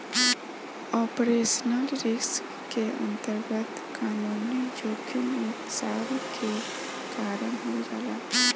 operational risk के अंतरगत कानूनी जोखिम नुकसान के कारन हो जाला